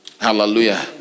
Hallelujah